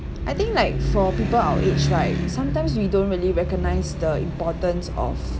I think like for people our age right sometimes we don't really recognise the importance of